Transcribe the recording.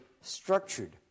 structured